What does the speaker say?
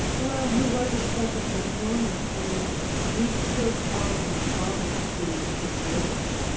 well, he was a special performer, and he took all of his problems to the stage,